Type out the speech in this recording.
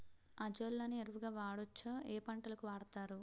Azolla ని ఎరువు గా వాడొచ్చా? ఏ పంటలకు వాడతారు?